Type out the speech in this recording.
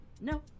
No